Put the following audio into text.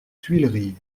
tuileries